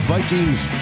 Vikings